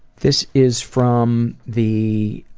this is from the